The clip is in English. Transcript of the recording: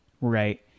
Right